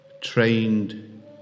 trained